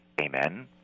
Amen